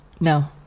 No